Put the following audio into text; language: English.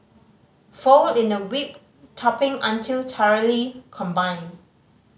fold in the whipped topping until thoroughly combined